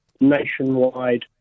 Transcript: nationwide